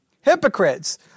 hypocrites